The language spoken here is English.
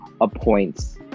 appoints